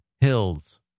Hills